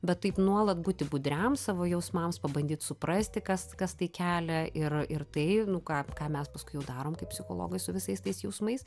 bet taip nuolat būti budriam savo jausmams pabandyt suprasti kas kas tai kelia ir ir tai nu ką ką mes paskui jau darom kaip psichologai su visais tais jausmais